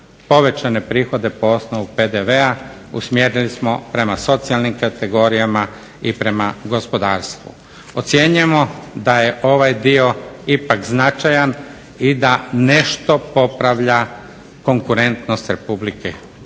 povećane prihode po osnovu PDV-a usmjerili smo prema socijalnim kategorijama i prema gospodarstvu. Ocjenjujemo da je ovaj dio ipak značajan i da nešto popravlja konkurentnost RH u